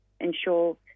ensure